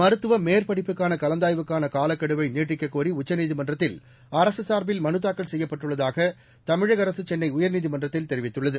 மருத்துவ மேற்படிப்புக்கான கலந்தாய்வுக்கான காலக்கெடுவை நீட்டிக்கக் கோரி உச்சநீதிமன்றத்தில் அரசு சார்பில் மனுதாக்கல் செய்யப்பட்டுள்ளதாக தமிழக அரசு செள்ளை உயர்நீதிமன்றத்தில் தெரிவித்துள்ளது